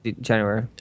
January